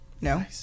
No